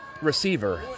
receiver